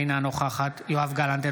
אינה נוכחת יואב גלנט,